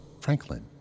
Franklin